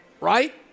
right